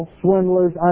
swindlers